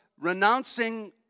renouncing